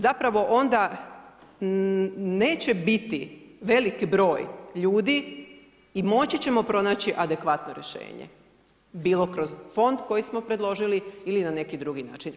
Zapravo onda neće biti velik broj ljudi i moći ćemo pronaći adekvatno rešenje, bilo kroz fond koji smo predložili ili na neki drugi način.